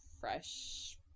fresh